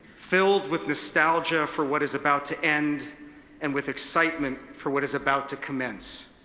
filled with nostalgia for what is about to end and with excitement for what is about to commence.